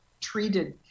treated